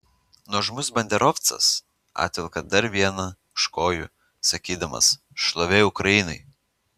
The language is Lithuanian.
nuožmus banderovcas atvelka dar vieną už kojų sakydamas šlovė ukrainai